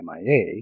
MIA